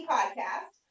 Podcast